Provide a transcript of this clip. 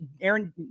Aaron